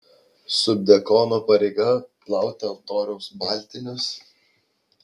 subdiakono pareiga plauti altoriaus baltinius